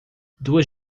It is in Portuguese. duas